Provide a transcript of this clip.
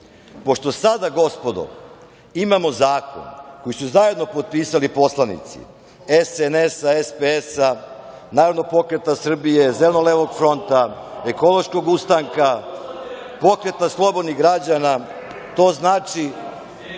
sada, gospodo, imamo zakon koji su zajedno potpisali poslanici SNS-a, SPS-a, Narodnog pokreta Srbije, Zeleno-levog fronta, Ekološkog ustanka, Pokreta slobodnih građana, to znači